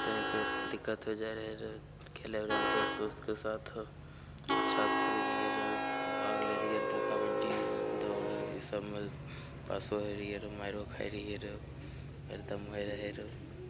तनिक दिक्कत हो जाइ रहय रऽ खेलय उलयमे दोस्त उस्तके साथ अच्छासँ खेलय रहियै रऽ भाग लै रहियै रऽ तऽ कबड्डी दौड़ ईसब मे पासो होइ रहियै रऽ माइरो खाइ रहियै रऽ फेर दम होइ रहियै रऽ